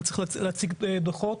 הוא צריך להציג דוחות,